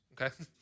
okay